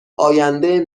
آینده